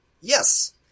Yes